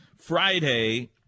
Friday